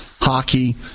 hockey